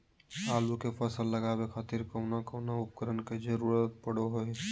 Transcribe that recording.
आलू के फसल लगावे खातिर कौन कौन उपकरण के जरूरत पढ़ो हाय?